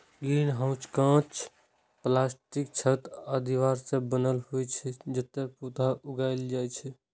greenhouse कांच या प्लास्टिकक छत आ दीवार सं बनल होइ छै, जतय पौधा उगायल जाइ छै